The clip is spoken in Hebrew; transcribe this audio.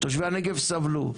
תושבי הנגב סבלו,